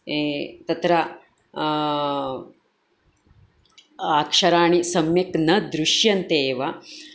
तत्र अक्षराणि सम्यक् न दृश्यन्ते एव